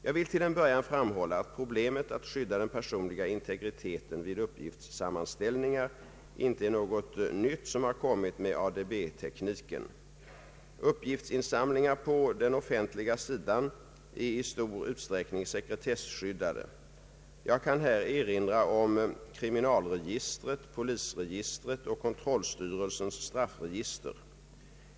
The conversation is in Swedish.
Jag vill till en början framhålla att problemet att skydda den personliga integriteten vid uppgiftssammanställningar inte är något nytt som har kom mit med ADB-tekniken. Uppgiftsinsamlingar på den offentliga sidan är i stor utsträckning sekretesskyddade. Jag kan här erinra om kriminalregistret, polisregistret och kontrollstyrelsens straffregister.